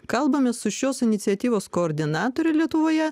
kalbamės su šios iniciatyvos koordinatore lietuvoje